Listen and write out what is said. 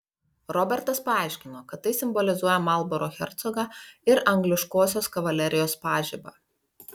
robertas paaiškino kad tai simbolizuoja marlboro hercogą ir angliškosios kavalerijos pažibą